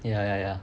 ya ya ya